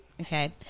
Okay